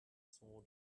sword